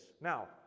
Now